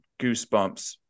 goosebumps